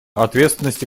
ответственности